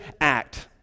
act